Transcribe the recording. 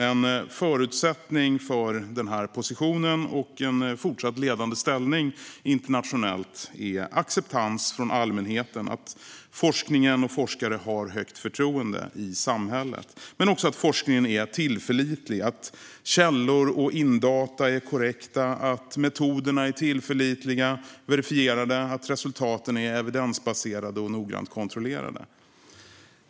En förutsättning för den här positionen och en fortsatt ledande ställning internationellt är acceptans från allmänheten, att forskningen och forskare har högt förtroende i samhället, men också att forskningen är tillförlitlig - att källor och indata är korrekta, att metoderna är tillförlitliga och verifierade och att resultaten är evidensbaserade och noggrant kontrollerade.